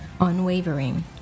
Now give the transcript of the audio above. Unwavering